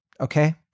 Okay